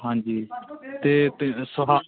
ਹਾਂਜੀ ਅਤੇ ਸੌਹਾ